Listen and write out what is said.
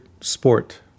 sport